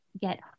get